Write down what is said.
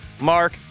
Mark